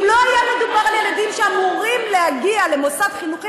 אם לא היה מדובר על ילדים שאמורים להגיע למוסד חינוכי,